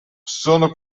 sono